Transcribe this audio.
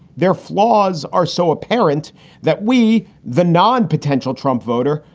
their flaws are so apparent that we, the non potential trump voter,